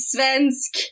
Svensk